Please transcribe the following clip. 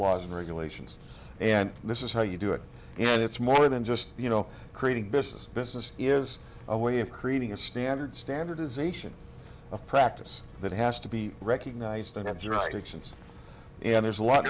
laws and regulations and this is how you do it and it's more than just you know creating business business is a way of creating a standard standardization of practice that has to be recognized and